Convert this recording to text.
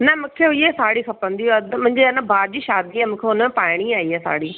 न मूंखे इहे साड़ी खपंदी अधु मुंहिंजे आहे न भाउ जी शादी आहे मुखे हुन में पाइणी आहे इहा साड़ी